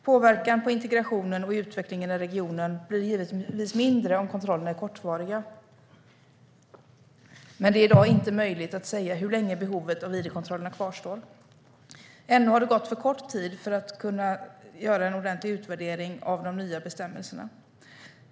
Påverkan på integrationen och utvecklingen i regionen blir givetvis mindre om kontrollerna är kortvariga, men det är i dag inte möjligt att säga hur länge behovet av id-kontrollerna kvarstår. Ännu har det gått för kort tid för att en ordentlig utvärdering av de nya bestämmelserna ska kunna göras.